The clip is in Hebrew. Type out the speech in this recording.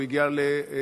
הוא הגיע לדוקטור,